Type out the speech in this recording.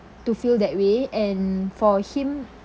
to feel that way and for him